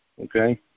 Okay